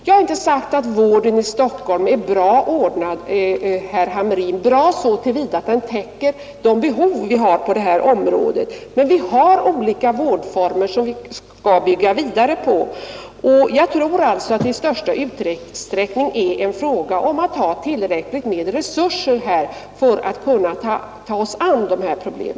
Jag har inte sagt, herr Hamrin, att vården i Stockholm är bra ordnad så till vida att den täcker de behov som finns på detta område. Men vi har olika vårdformer som vi skall bygga vidare på, och jag tror att det i största utsträckning är en fråga om att ha tillräckligt med resurser för att kunna ta sig an dessa problem.